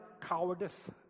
cowardice